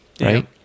Right